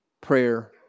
prayer